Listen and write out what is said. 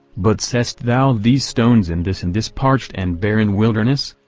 but seest thou these stones in this in this parched and barren wilderness?